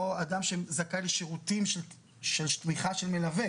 או אדם שזכאי לשירותים של תמיכה של מלווה,